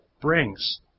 brings